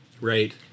Right